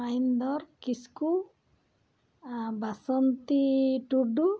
Mahendar Kisku Basanti Tudu